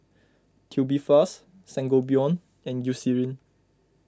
Tubifast Sangobion and Eucerin